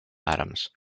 atoms